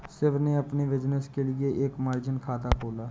शिव ने अपने बिज़नेस के लिए एक मार्जिन खाता खोला